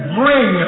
bring